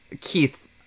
Keith